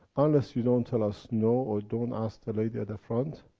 unless you don't tell us no, or don't ask the lady at front,